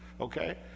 okay